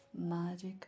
magic